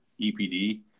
EPD